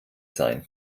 sein